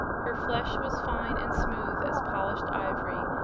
her flesh was fine and smooth as polished ivory,